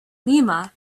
lima